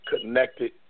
Connected